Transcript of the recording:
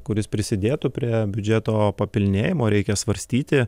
kuris prisidėtų prie biudžeto papilnėjimo reikia svarstyti